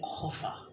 cover